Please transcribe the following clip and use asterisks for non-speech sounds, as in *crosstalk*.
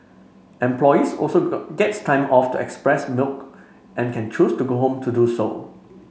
employees also *unintelligible* get time off to express milk and can choose to go home to do so